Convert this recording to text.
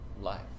life